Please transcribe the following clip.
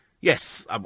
Yes